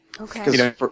Okay